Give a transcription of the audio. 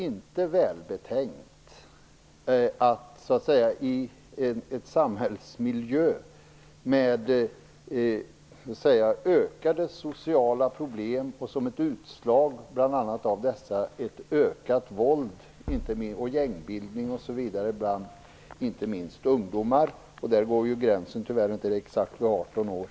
I dagens samhälle ser vi ökade sociala problem. Som ett utslag bl.a. av dessa har våldet och gängbildningen ökat, inte minst bland ungdomar. Där var gränsen tyvärr inte exakt 18 år.